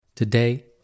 Today